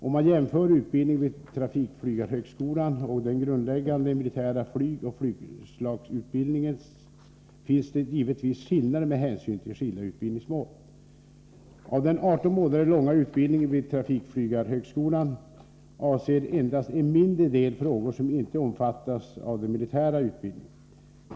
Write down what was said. Om man jämför utbildningen vid trafikflygarhögskolan och den grundläggande militära flygoch flygslagsutbildningen finner man givetvis skillnader med hänsyn till skilda utbildningsmål. Av den 18 månader långa utbildningen vid trafikflygarhögskolan avser endast en mindre del frågor som inte omfattas av den militära utbildningen.